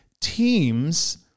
Teams